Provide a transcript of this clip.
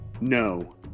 No